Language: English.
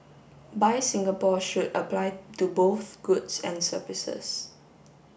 buy Singapore should apply to both goods and services